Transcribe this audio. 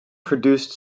produced